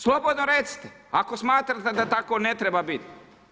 Slobodno recite ako smatrate da tako ne treba biti.